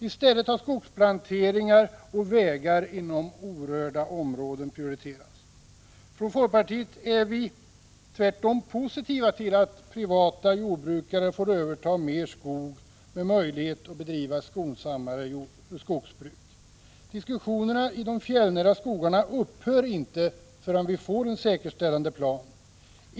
I stället har skogsplanteringar och vägar inom orörda områden prioriterats. Från folkpartiet är vi tvärtom positiva till att privata jordbrukare får överta mer skog med möjlighet att bedriva skonsammare skogsbruk. Diskussionerna om de fjällnära skogarna upphör inte förrän vi får en säkerställandeplan.